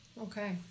Okay